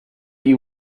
you